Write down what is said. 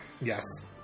Yes